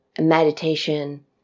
meditation